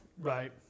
Right